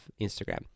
Instagram